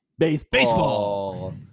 Baseball